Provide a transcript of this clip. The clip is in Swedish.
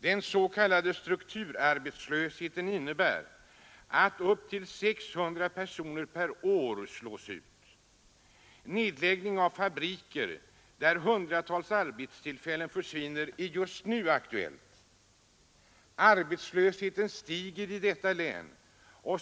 Den s.k. strukturarbetslösheten innebär att upp till 600 personer per år slås ut. En nedläggning av fabriker, där hundratals arbetstillfällen försvinner, är just nu aktuell. Arbetslösheten stiger i detta län.